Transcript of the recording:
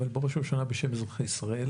אבל בראש ובראשונה בשם אזרחי ישראל,